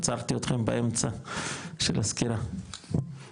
עצרתי אותכם באמצע של הסקירה.